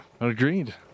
Agreed